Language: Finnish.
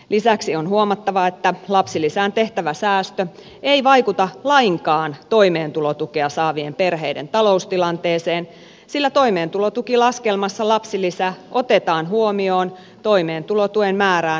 lisäksi on huomattava että lapsilisään tehtävä säästö ei vaikuta lainkaan toimeentulotukea saavien perheiden taloustilanteeseen sillä toimeentulotukilaskelmassa lapsilisä otetaan huomioon toimeentulotuen määrään vaikuttavana tulona